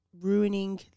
ruining